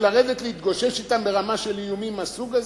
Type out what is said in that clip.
לרדת להתגושש אתם ברמה של איומים מהסוג הזה?